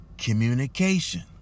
Communication